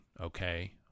okay